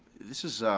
this is